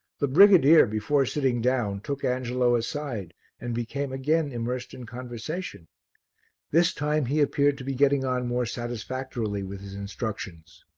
the brigadier, before sitting down, took angelo aside and became again immersed in conversation this time he appeared to be getting on more satisfactorily with his instructions.